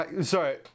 Sorry